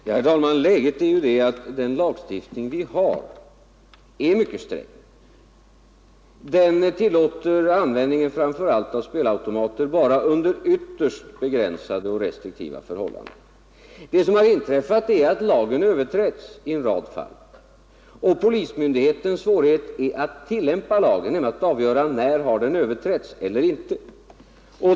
Herr talman! Läget är ju det att den lagstiftning vi har är mycket sträng. Den tillåter användning av framför allt spelautomater bara ytterst begränsat och restriktivt. Vad som har inträffat är att lagen överträtts i en rad fall. Polismyndighetens svårighet är att tillämpa lagen, att avgöra när den har överträtts eller inte.